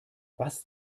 was